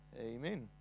Amen